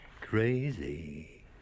Crazy